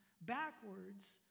backwards